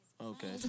Okay